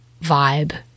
vibe